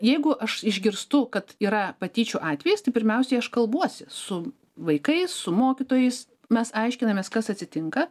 jeigu aš išgirstu kad yra patyčių atvejis tai pirmiausiai aš kalbuosi su vaikais su mokytojais mes aiškinamės kas atsitinka